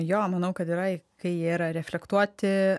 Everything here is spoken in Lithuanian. jo manau kad yra kai jie yra reflektuoti